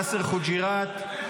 יאסר חוג'יראת,